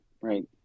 right